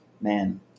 man